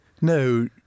No